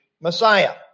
Messiah